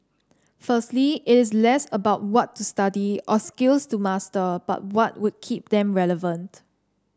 firstly it is less about what to study or skills to master but what would keep them relevant